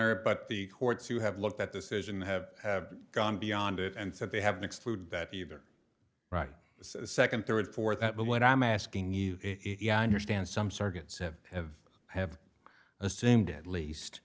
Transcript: or but the courts who have looked at this is and have have gone beyond it and said they have mixed food that either right second third fourth that but what i'm asking you if ya understand some circuits have have have assumed at least